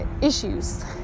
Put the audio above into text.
issues